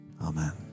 Amen